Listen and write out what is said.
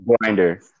Grinder